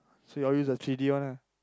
so you all use the three-d one ah